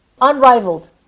unrivaled